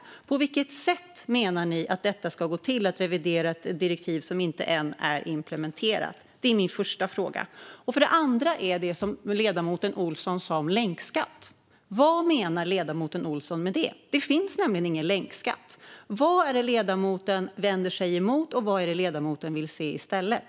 På vilket sätt, menar ni, ska ett direktiv som ännu inte är implementerat revideras? Det är min första fråga. Min andra fråga gäller det som ledamoten Olsson sa om länkskatt. Vad menar ledamoten där? Det finns nämligen ingen länkskatt. Vad är det som ledamoten vänder sig emot, och vad vill ledamoten se i stället?